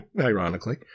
ironically